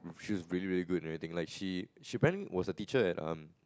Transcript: she's really very good and everything like she she apparently was a teacher at um